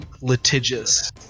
litigious